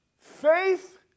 Faith